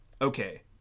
Okay